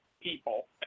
people